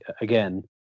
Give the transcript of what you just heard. again